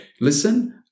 Listen